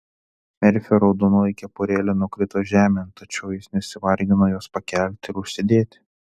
merfio raudonoji kepurėlė nukrito žemėn tačiau jis nesivargino jos pakelti ir užsidėti